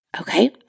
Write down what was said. Okay